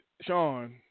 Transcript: Sean